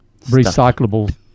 recyclable